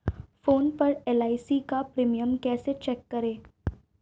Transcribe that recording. Phone पर LIC का premium कैसे चेक करें?